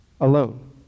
alone